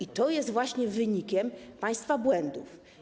I to jest właśnie wynikiem państwa błędów.